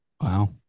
Wow